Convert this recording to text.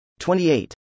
28